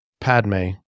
Padme